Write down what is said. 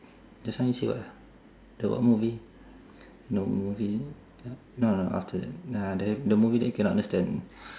just now you say what ah the what movie no movie no no after that ah the the movie that you cannot understand